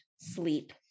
sleep